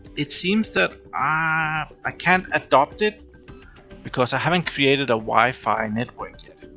it seems that i can't adopt it because i haven't created a wifi network yet,